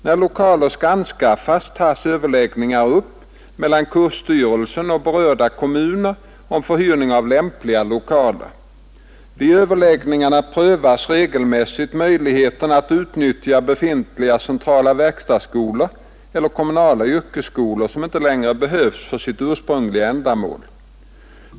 När lokaler skall anskaffas, tas överläggningar upp mellan kursstyrelsen och berörda kommuner om förhyrning av lämpliga lokaler. Vid överläggningarna prövas regelmässigt möjligheten att utnyttja befintliga centrala verkstadsskolor eller kommunala yrkesskolor som inte längre behövs för sitt ursprungliga ändamål.